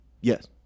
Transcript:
Yes